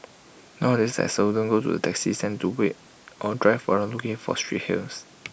nowadays I seldom go to the taxi stand to wait or drive around looking for street hails